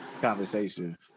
conversation